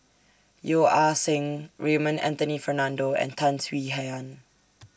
Yeo Ah Seng Raymond Anthony Fernando and Tan Swie Hian